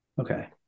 okay